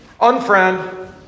Unfriend